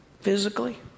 physically